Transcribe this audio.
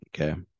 Okay